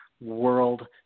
world